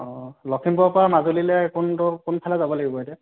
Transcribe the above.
অ লখিমপুৰৰ পৰা মাজুলীলৈ কোনটো কোনফালে যাব লাগিব এতিয়া